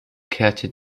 kehrte